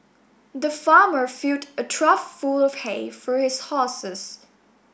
the farmer filled a trough full of hay for his horses